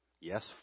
Yes